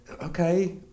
okay